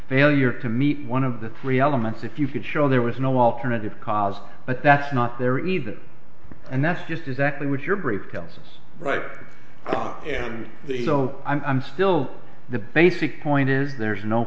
failure to meet one of the three elements if you could show there was no alternative cause but that's not there either and that's just exactly what your brief tells us right and so i'm still the basic point is there's no